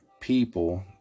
people